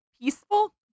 Peaceful